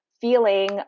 feeling